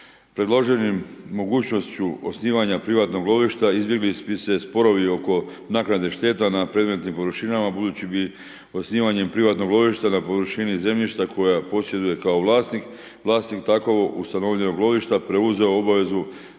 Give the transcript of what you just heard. Predloženom mogućnošću osnivanja privatnog lovišta, izbjegli bi se sporovi oko naknade šteta nad predmetnim površinama budući bi osnivanjem privatnog lovišta na površini zemljišta koja posjeduje kao vlasnik, vlasnik tak ustanovljenog lovišta preuzeo obavezu